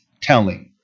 telling